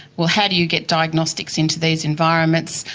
well, how do you get diagnostics into these environments,